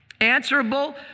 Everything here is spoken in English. answerable